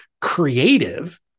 creative